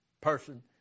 person